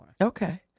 Okay